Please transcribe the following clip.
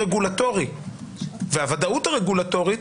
אבל המשטר הרגולטורי והוודאות הרגולטורית,